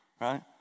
right